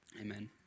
amen